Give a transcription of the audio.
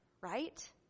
right